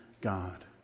God